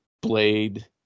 Blade